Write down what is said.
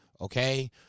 Okay